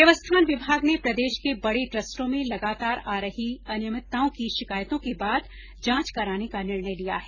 देवस्थान विभाग ने प्रदेश के बडे ट्रस्टों में लगातार आ रही अनियमितताओं की शिकायतों के बाद जांच कराने का निर्णय लिया है